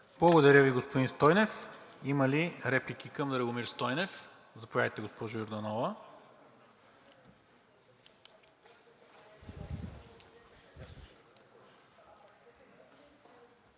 Благодаря Ви, господин Стойнев. Има ли реплика към Драгомир Стойнев? Заповядайте, госпожо Йорданова.